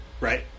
Right